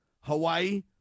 Hawaii